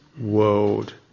world